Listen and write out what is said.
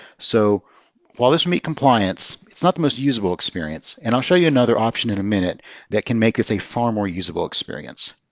so while this meets compliance, it's not the most usable experience. and i'll show you another option in a minute that can make this a far more usable experience.